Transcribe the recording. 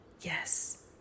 yes